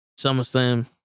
SummerSlam